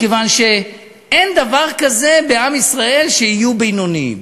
מכיוון שאין דבר כזה בעם ישראל שיהיו בינוניים.